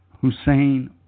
Hussein